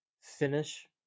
finish